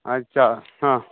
ᱟᱪᱪᱷᱟ ᱦᱮᱸ